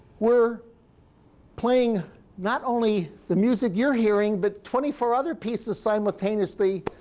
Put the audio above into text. were playing not only the music you're hearing, but twenty four other pieces simultaneously,